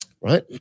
right